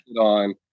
on